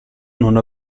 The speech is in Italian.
non